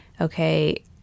Okay